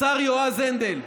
השר יועז הנדל,